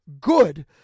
good